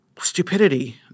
stupidity